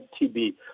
TB